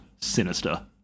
sinister